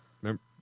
Remember